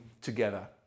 together